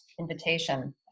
invitation